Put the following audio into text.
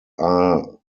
are